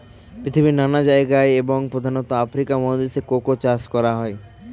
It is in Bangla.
পৃথিবীর নানা জায়গায় এবং প্রধানত আফ্রিকা মহাদেশে কোকো চাষ করা হয়